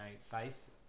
face